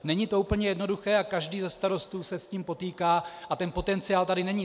Není to úplně jednoduché a každý se starostů se s tím potýká a ten potenciál tady není.